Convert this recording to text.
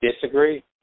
disagree